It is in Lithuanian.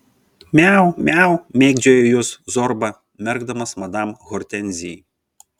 miau miau mėgdžiojo juos zorba merkdamas madam hortenzijai